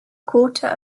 quarter